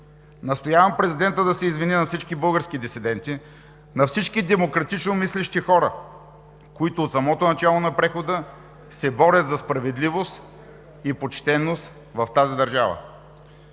Настоявам президентът да се извини на всички български дисиденти, на всички демократично мислещи хора, които от самото начало на прехода се борят за справедливост и почтеност в тази държава.